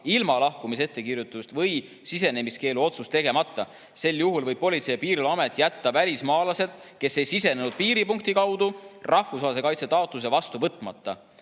ilma lahkumisettekirjutust või sisenemiskeelu otsust tegemata. Sel juhul võib Politsei- ja Piirivalveamet jätta välismaalaselt, kes ei sisenenud piiripunkti kaudu, rahvusvahelise kaitse taotluse vastu võtmata.